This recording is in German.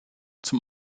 zum